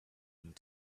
and